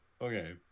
okay